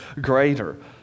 greater